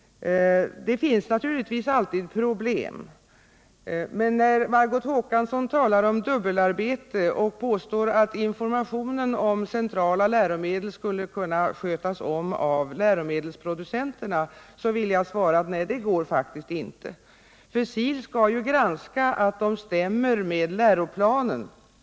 Det finns naturligtvis alltid problem, men när Margot Håkansson talar om dubbelarbete och påstår att informationen om centrala läromedel skulle kunna skötas av läromedelsproducenterna vill jag svara att det faktiskt inte går, för SIL skall ju granska att läromedlen stämmer med läroplanen.